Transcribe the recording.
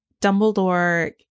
Dumbledore